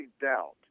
doubt